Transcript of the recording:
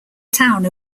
town